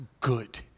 good